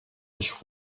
ich